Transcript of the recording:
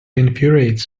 infuriates